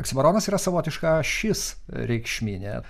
oksimoronas yra savotiška ašis reikšminė